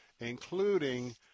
including